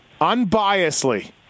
unbiasedly